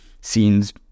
scenes